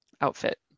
Outfit